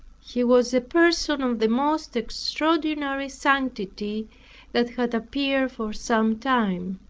he was a person of the most extraordinary sanctity that had appeared for some time.